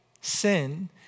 sin